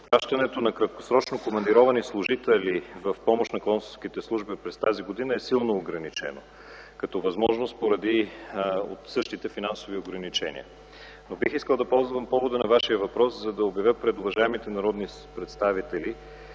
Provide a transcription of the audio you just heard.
Изпращането на краткосрочно командировани служители в помощ на консулските служби през тази година е силно ограничено като възможност поради същите финансови ограничения. Но бих искал да ползвам повода на Вашия въпрос, за да обявя пред уважаемите народни представители